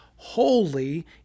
Holy